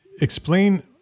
explain